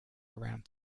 around